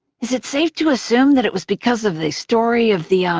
is it safe to assume that it was because of the story of the, um,